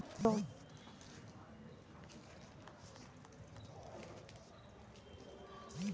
अगर दू महीना रुपिया जमा नय करे सकलियै त कोनो दिक्कतों?